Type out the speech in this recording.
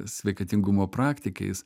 sveikatingumo praktikais